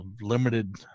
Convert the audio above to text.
limited